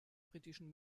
britischen